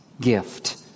gift